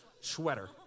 sweater